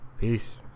Peace